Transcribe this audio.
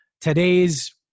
Today's